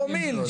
פרומיל.